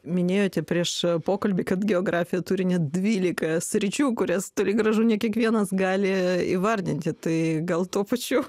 minėjote prieš pokalbį kad geografija turi net dvylika sričių kurias toli gražu ne kiekvienas gali įvardinti tai gal tuo pačiu